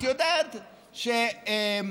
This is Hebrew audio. את יודעת שדברים,